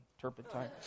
turpentine